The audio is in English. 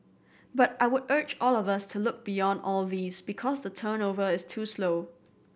but I would urge all of us to look beyond all these because the turnover is too slow